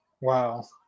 Wow